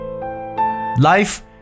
Life